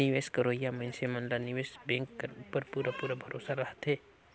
निवेस करोइया मइनसे मन ला निवेस बेंक कर उपर पूरा पूरा भरोसा रहथे